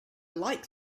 like